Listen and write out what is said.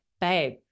babe